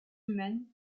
humaines